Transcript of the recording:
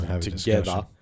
together